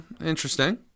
Interesting